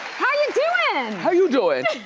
how you doin'? how you doin'?